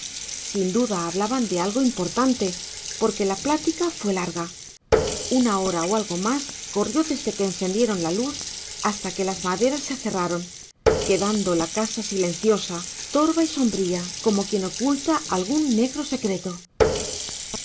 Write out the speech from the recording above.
sin duda hablaban de algo importante porque la plática fue larga una hora o algo más corrió desde que encendieron la luz hasta que las maderas se cerraron quedando la casa silenciosa torva y sombría como quien oculta algún negro secreto